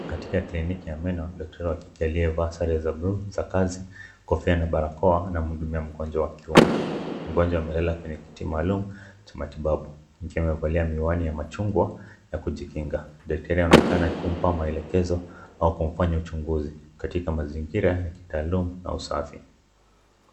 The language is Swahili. Katika cliniki ya meno daktari wakivalia Sare za blue za kazi kwa kua na barakoa wakimhudumia mgonjwa wa kiume. Mgonjwa amelala kwenye kiti maalum cha matibabu akiwa amevalia miwani ya Machungwa na kujikinga pia anaonekana akimpa maelekezo au kufanya uchunguzi katika mazingira maalum ya usafi.